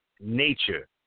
nature